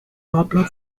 popular